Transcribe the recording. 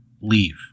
Leave